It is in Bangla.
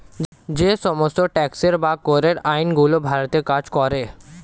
যে সমস্ত ট্যাক্সের বা করের আইন গুলো ভারতে কাজ করে